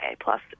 plus